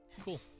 Cool